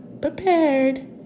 prepared